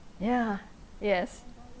ya yes